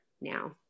now